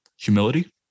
humility